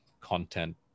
content